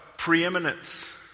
preeminence